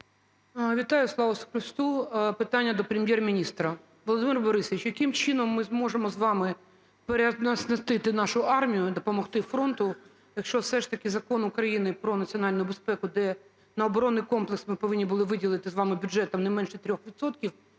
Вітаю. Слава Ісусу Христу! Питання до Прем'єр-міністра. Володимире Борисовичу, яким чином ми зможемо з вами переоснастити нашу армію, допомогти фронту, якщо все ж таки Закон України "Про національну безпеку", де на оборонний комплекс ми повинні були виділити з вами бюджетом не менше 3